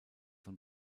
von